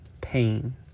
pain